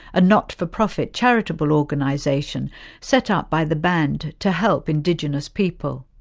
a not for profit charitable organisation set up by the band to help indigenous people.